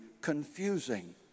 confusing